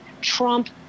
Trump